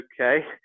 okay